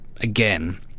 again